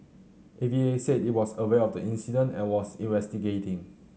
A V A said it was aware of the incident and was investigating